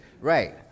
Right